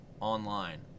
online